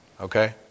okay